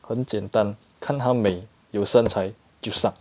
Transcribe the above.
很简单看她美有身材就上